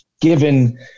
given